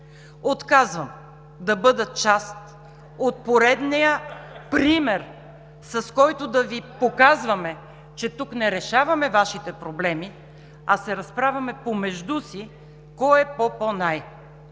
Отказвам да бъда част от поредния пример, с който да Ви показваме, че тук не решаваме Вашите проблеми, а се разправяме помежду си кой е по-, по-, най.